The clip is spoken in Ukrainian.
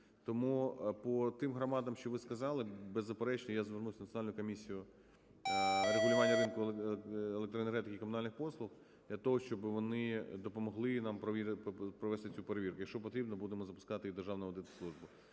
Тому по тим громадам, що ви сказали, беззаперечно, я звернусь в Національну комісію регулювання ринку електроенергетики і комунальних послуг для того, щоб вони допомогли нам провести цю перевірку. Якщо потрібно, будемо запускати і Державну аудитслужбу.